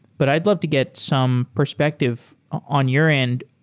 but i'd love to get some perspective on your end.